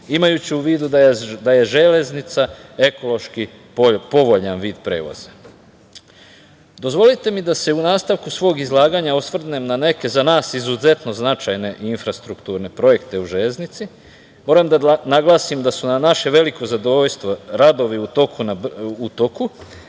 imajući u vidu da je železnica ekološki povoljan vid prevoza. Dozvolite mi da se u nastavku svog izlaganja osvrnem na neke za nas izuzetno značajne infrastrukturne projekte u železnici. Moram da naglasim da su na naše veliko zadovoljstvo radovi u toku,